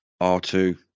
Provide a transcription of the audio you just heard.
R2